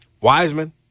Wiseman